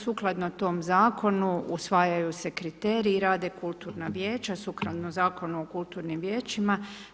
Sukladno tom Zakonu usvajaju se kriteriji i rade kulturna vijeća, sukladno Zakonu o kulturnim vijećima.